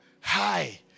high